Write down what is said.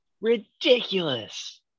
ridiculous